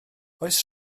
oes